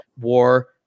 war